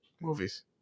movies